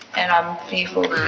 and i'm fearful